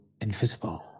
invisible